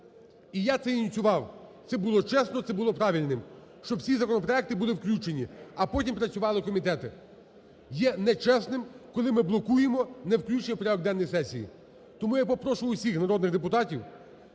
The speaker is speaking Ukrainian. і я це ініціював. Це було чесним, це було правильним, щоб ці законопроекти були включені, а потім працювали комітети. Є нечесним, коли ми блокуємо невключенням в порядок денний сесії. Тому я попрошу всіх народних депутатів,